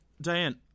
Diane